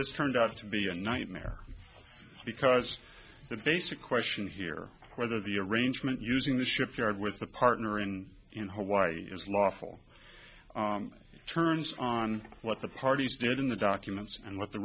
this turned out to be a nightmare because the basic question here whether the arrangement using the shipyard with a partner in in hawaii is lawful turns on what the parties did in the documents and what the